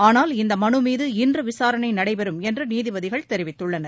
ஆனால் இம்மனுமீது இன்று விசாரணை நடைபெறும் என நீதிபதிகள் தெரிவித்தனர்